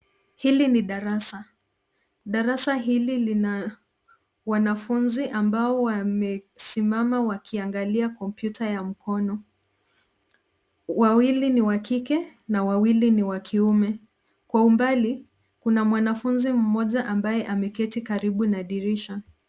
Hili ni darasa. Darasa hili lina wanafunzi ambao wamesimama wakiangalia kompyuta ya mkono. Wawili ni wa kike na wawili ni wa kiume. Kwa umbali kuna mwanafunzi mmoja ambaye ameketi karibu na dirisha.